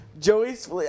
Joey's